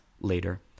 later